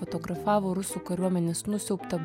fotografavo rusų kariuomenės nusiaubtą